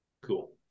cool